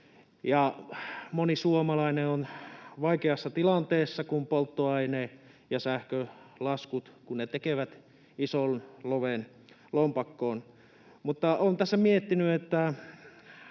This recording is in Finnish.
moni suomalainen on vaikeassa tilanteessa, kun polttoaine- ja sähkölaskut tekevät ison loven lompakkoon, mutta olen tässä miettinyt,